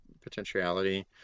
potentiality